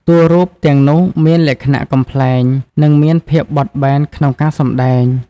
តួរូបទាំងនោះមានលក្ខណៈ កំប្លែង និងមានភាពបត់បែនក្នុងការសម្តែង។